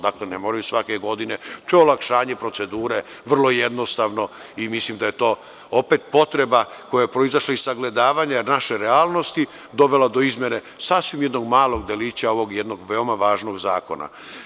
Dakle, ne moraju svake godine, to je olakšanje procedure, vrlo jednostavno i mislim da je to opet potreba koja je proizašla iz sagledavanja naše realnosti, dovela do izmene sasvim jednog malog delića ovog jednog veoma važnog zakona.